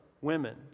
women